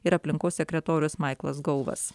ir aplinkos sekretorius maiklas gauvas